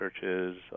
churches